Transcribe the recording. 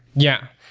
yeah.